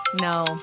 No